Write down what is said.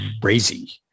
crazy